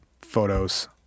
photos